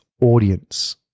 audience